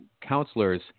counselors